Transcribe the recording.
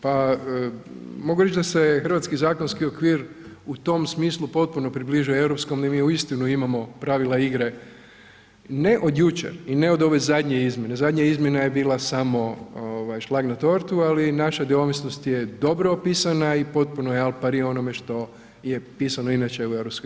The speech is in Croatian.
Pa mogu reći da se hrvatski zakonski okvir u tom smislu potpuno približuje europskom i mi uistinu imamo pravila igre ne od jučer i ne od ove zadnje izmjene, zadnja izmjena je bila samo ovaj šlag na tortu, ali naša neovisnost je dobro opisana i potpuno je al pari onome što je pisano inače u europskoj